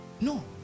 No